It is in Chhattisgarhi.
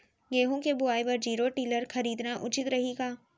गेहूँ के बुवाई बर जीरो टिलर खरीदना उचित रही का?